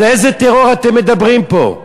על איזה טרור אתם מדברים פה?